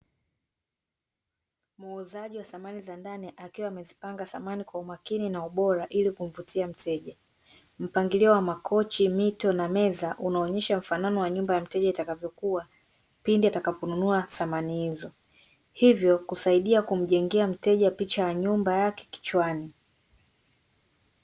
Muuzaji wa samani za ndani akiwa amezipanga samani kwa umakini na ubora ili kumvutia mteja. Mpangilio wa makochi, mito, na meza unaonyesha mfanano wa nyumba ya mteja itakavyokuwa pindi atakaponunua samani hizo. Hivyo kusaidia kumjengea mteja picha ya nyumba yake kichwani.